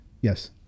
Yes